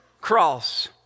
cross